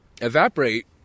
evaporate